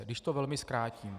Když to velmi zkrátím.